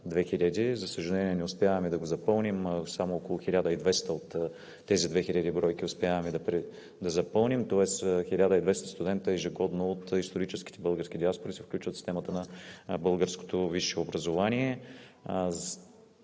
За съжаление, не успяваме да го запълним. Само около 1200 от тези 2000 бройки успяваме да запълним, тоест 1200 студенти от историческите български диаспори ежегодно се включват в системата на българското висше образование.